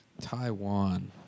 Taiwan